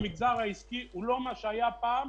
המגזר העסקי הוא לא מה שהיה פעם,